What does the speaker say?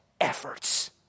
efforts